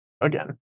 again